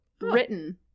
written